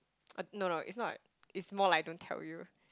no no it's not it's more like I don't tell you